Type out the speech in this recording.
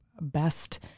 best